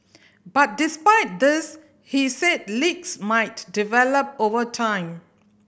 but despite this he said leaks might develop over time